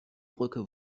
brücke